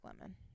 Lemon